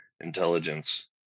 intelligence